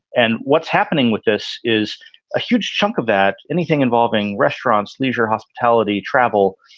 and what's happening with this is a huge chunk of that. anything involving restaurants, leisure, hospitality, travel,